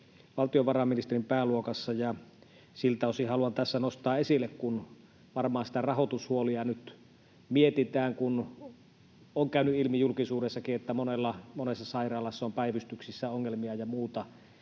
valtiovarainministeriön pääluokassa. Siltä osin haluan tässä nostaa esille, kun varmaan rahoitushuolia nyt mietitään, kun on käynyt ilmi julkisuudessakin, että monessa sairaalassa on päivystyksissä ongelmia ja muuta,